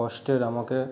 কষ্টের আমাকে